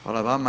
Hvala vama.